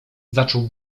zaczął